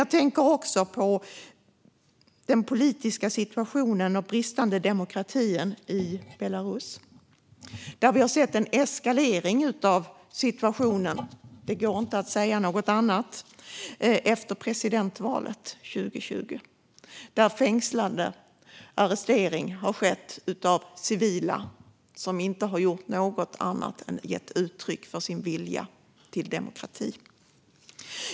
Jag tänker också på den politiska situationen och bristande demokratin i Belarus där vi har sett en eskalering av situationen - det går inte att säga något annat - efter presidentvalet 2020 där fängslanden och arresteringar har skett av civila som inte har gjort något annat än gett uttryck för sin vilja till demokrati.